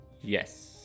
Yes